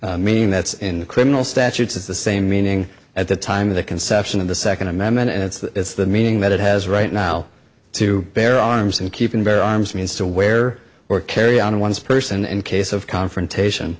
mean that's in criminal statutes it's the same meaning at the time of the conception of the second amendment and it's the meaning that it has right now to bear arms and keep and bear arms means to wear or carry on one's person in case of confrontation